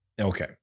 okay